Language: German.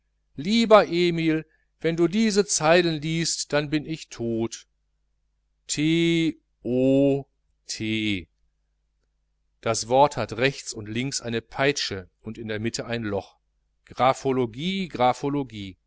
lieber emil wenn du diese zeilen liest dann bin ich tot t o t das wort hat rechts und links eine peitsche und in der mitte ein loch